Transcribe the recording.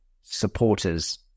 supporters